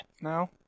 No